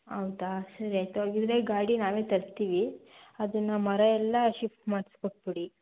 ಹೌದ ಸರಿ ಆಯಿತು ಹಾಗಿದ್ರೆ ಗಾಡಿ ನಾವೇ ತರುತ್ತೀವಿ ಅದನ್ನು ಮರ ಎಲ್ಲ ಶಿಫ್ಟ್ ಮಾಡ್ಸ್ಕೊಟ್ಬಿಡಿ